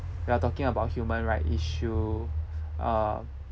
we are talking about human right issue uh